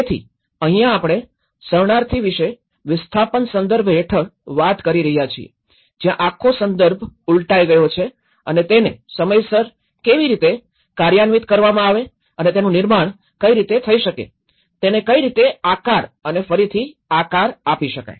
તેથી અહીંયા આપણે શરણાર્થી વિષે વિસ્થાપન સંદર્ભ હેઠળ વાત કરી રહ્યા છીએ જ્યાં આખો સંદર્ભ ઉલટાઈ ગયો છે અને તેને સમયસર કેવી રીતે કાર્યાન્વિત કરવામાં આવે અને તેનું નિર્માણ કઈ રીતે થઇ શકે તેને કઈ રીતે આકાર અને ફરીથી આકાર આપી શકાય